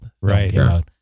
right